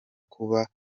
kuba